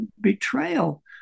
betrayal